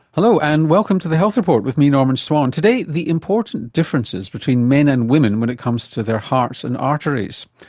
hello and welcome to the health report with me, norman swan. the important differences between men and women when it comes to their hearts and arteries.